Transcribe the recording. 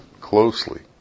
closely